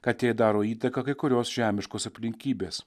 kad jai daro įtaką kai kurios žemiškos aplinkybės